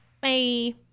bye